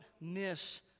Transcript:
miss